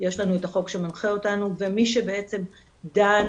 יש לנו את החוק שמנחה אותנו ומי שבעצם דן,